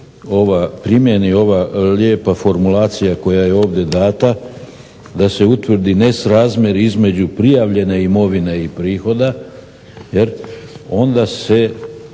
se primijeni ova lijepa formulacija koja je ovdje data, da se utvrdi nesrazmjer između prijavljene imovine i prihoda, jer onda se